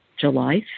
July